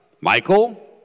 Michael